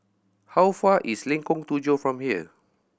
how far is Lengkong Tujuh from here